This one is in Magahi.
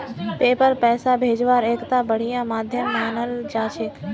पेपल पैसा भेजवार एकता बढ़िया माध्यम मानाल जा छेक